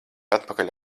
atpakaļ